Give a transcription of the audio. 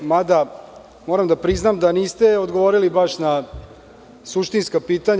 Mada, moram da priznam, niste odgovorili baš na suštinska pitanja.